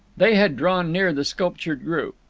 they had drawn near the sculptured group.